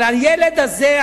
אבל הילד הזה,